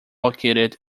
located